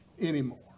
anymore